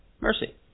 mercy